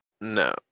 No